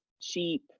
cheap